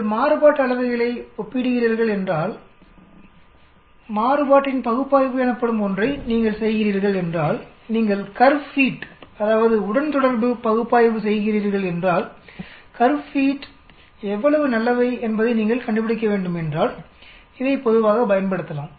நீங்கள் மாறுபாட்டு அளவைகளை ஒப்பிடுகிறீர்கள் என்றால் மாறுபாட்டின் பகுப்பாய்வு எனப்படும் ஒன்றை நீங்கள் செய்கிறீர்கள் என்றால் நீங்கள் கர்வ் பீட் அதாவது உடன்தொடர்பு பகுப்பாய்வு செய்கிறீர்கள் என்றால் கர்வ் பீட் எவ்வளவு நல்லவை என்பதை நீங்கள் கண்டுபிடிக்க வேண்டும் என்றால் இதை பொதுவாகப் பயன்படுத்தலாம்